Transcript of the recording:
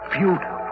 Beautiful